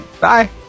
Bye